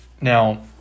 Now